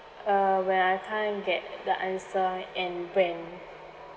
uh when I can't get the answer and when